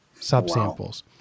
subsamples